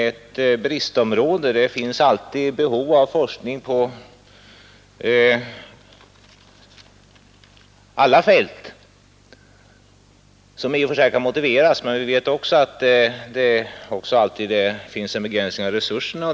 Det finns visserligen alltid behov av forskning på alla fält, som det i och för sig kan vara motiverat att tillfredsställa, men vi vet också att resurserna alltid är begränsade.